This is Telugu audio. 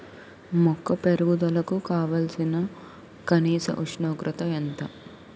మొక్క పెరుగుదలకు కావాల్సిన కనీస ఉష్ణోగ్రత ఎంత?